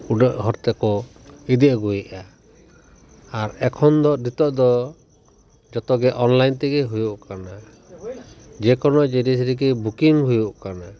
ᱩᱰᱟᱹᱜ ᱦᱚᱨ ᱛᱮᱠᱚ ᱤᱫᱤ ᱟᱹᱜᱩᱭᱮᱫᱼᱟ ᱟᱨ ᱮᱠᱷᱚᱱ ᱫᱚ ᱱᱤᱛᱚᱜ ᱫᱚ ᱡᱚᱛᱚ ᱜᱮ ᱚᱱᱞᱟᱭᱤᱱ ᱛᱮᱜᱮ ᱦᱩᱭᱩᱜ ᱠᱟᱱᱟ ᱡᱮᱠᱳᱱᱳ ᱡᱤᱱᱤᱥ ᱨᱮᱜᱮ ᱵᱩᱠᱤᱝ ᱦᱩᱭᱩᱜ ᱠᱟᱱᱟ